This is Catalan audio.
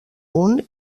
punt